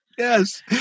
Yes